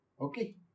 Okay